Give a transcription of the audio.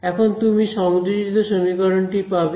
এখানে তুমি সংযোজিত সমীকরণটি পাবে